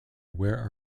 where